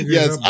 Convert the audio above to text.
Yes